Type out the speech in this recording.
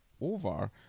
over